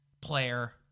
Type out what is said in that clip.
player